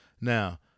Now